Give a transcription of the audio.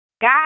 God